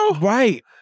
Right